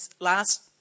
Last